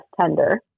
tender